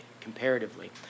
comparatively